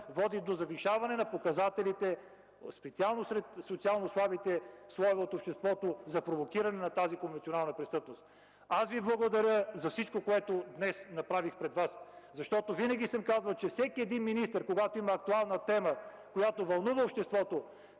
води до завишаване на показателите, специално сред социално слабите слоеве от обществото, за провокиране на тази конвенционална престъпност. Благодаря Ви за всичко, което днес направих пред Вас, защото винаги съм казвал, че всеки един министър, когато има актуална тема, която вълнува обществото,